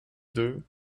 deux